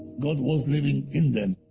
god was living in them.